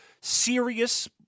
serious